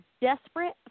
desperate